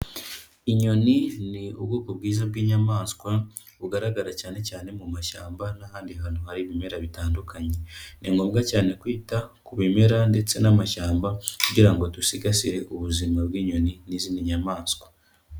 Inyoni ni ubwoko bwiza bw'inyamaswa, bugaragara cyane cyane mu mashyamba n'ahandi hantu hari ibimera bitandukanye. Ni ngombwa cyane kwita ku bimera ndetse n'amashyamba kugirabngo dusigasire ubuzima bw'inyoni n'izindi nyamaswa.